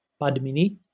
Padmini